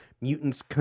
mutants